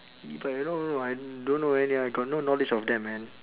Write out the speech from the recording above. e-bike no no I don't know any I got no knowledge of them man